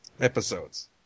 episodes